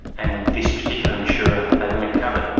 and with this particular insurer they weren't covered.